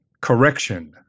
correction